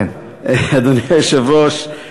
אדוני היושב-ראש,